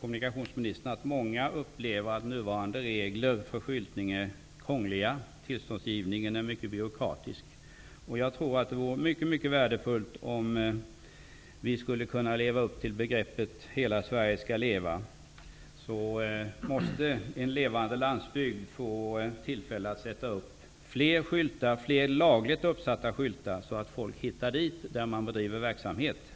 kommunikationsministern, att många upplever att nuvarande regler för skyltning är krångliga och att tillståndsgivningen är mycket byråkratisk. Det vore mycket värdefullt om vi kunde leva upp till begreppet Hela Sverige skall leva. På en levande landsbygd måste man få tillfälle att sätta upp flera lagliga skyltar så att folk hittar fram till den verksamhet som bedrivs.